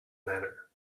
manner